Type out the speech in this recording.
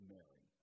Mary